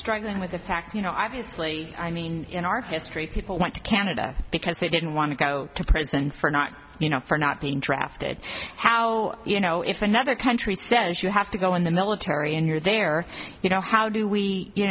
struggling with the fact you know obviously i mean in our history people went to canada because they didn't want to go to prison for not you know for not being drafted how you know if another country says you have to go in the military and you're there you know how do we you